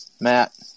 Matt